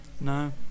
No